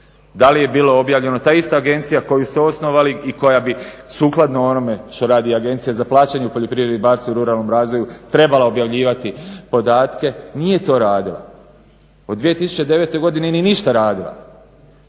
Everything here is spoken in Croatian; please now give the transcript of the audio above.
Da li je bilo objavljeno, ta ista agencija koju ste osnovali i koja bi sukladno onome što radi Agencija za plaćanje u poljoprivredi, ribarstvu i ruralnom razvoju trebala objavljivati podatke, nije to radila. Od 2009. godine nije ništa radila,